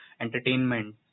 entertainment